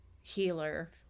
Healer